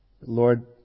Lord